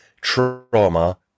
trauma